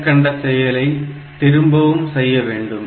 மேற்கண்ட செயலை திரும்பவும் செய்ய வேண்டும்